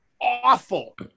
awful